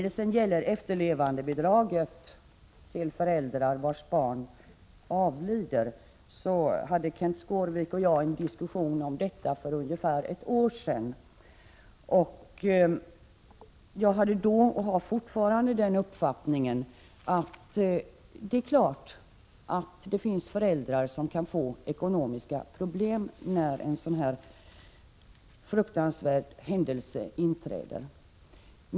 Beträffande efterlevandebidraget till föräldrar vilkas barn avlider hade Kenth Skårvik och jag en diskussion för ungefär ett år sedan. Jag hade då, och har fortfarande, den uppfattningen att det naturligtvis finns föräldrar som kan få ekonomiska problem när en sådan här fruktansvärd händelse inträder.